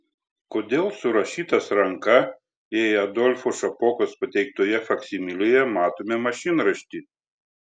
kodėl surašytas ranka jei adolfo šapokos pateiktoje faksimilėje matome mašinraštį